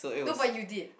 look what you did